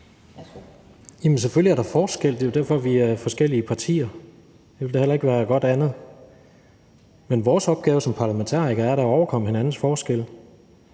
selvfølgelig er der forskel; det er jo derfor, vi er forskellige partier – det ville da heller ikke være godt andet. Men vores opgave som parlamentarikere er da at overkomme vores forskelle,